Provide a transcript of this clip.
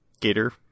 gator